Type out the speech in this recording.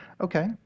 okay